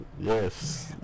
Yes